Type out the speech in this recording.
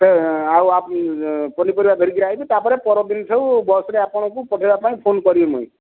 ସେ ଆଉ ପନିପରିବା ଧରିକରି ଆସିବି ତାପରେ ପରଦିନ ଠୁ ବସରେ ଆପଣଙ୍କୁ ପଠାଇବା ପାଇଁ ଫୋନ କରିବି ମୁଇଁ